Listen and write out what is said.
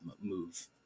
move